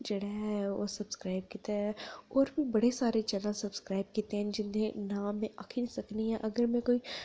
जेह्ड़ा ऐ ओह् सब्सक्राइब कीते दा ऐ और बी बड़े सारे चैनल सब्सक्राइब कीते दे जिं'दे में नांऽ में आक्खी नी सकनी ऐ